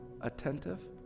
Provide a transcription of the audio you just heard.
attentive